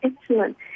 excellent